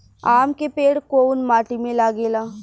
आम के पेड़ कोउन माटी में लागे ला?